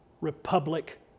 republic